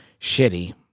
shitty